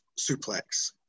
suplex